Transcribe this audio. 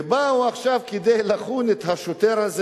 ובאו עכשיו לחון את השוטר הזה.